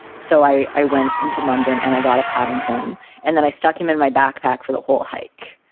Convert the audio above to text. so i i went into london and i got to paddington and then i stuck him in my backpack for the whole hike.